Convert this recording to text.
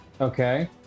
Okay